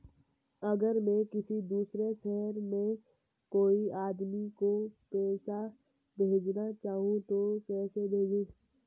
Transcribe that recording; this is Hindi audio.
अगर मैं किसी दूसरे शहर में कोई आदमी को पैसे भेजना चाहूँ तो कैसे भेजूँ?